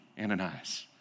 Ananias